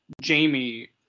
Jamie